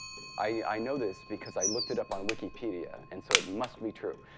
i know this because i looked it up on wikipedia, and so it must be true.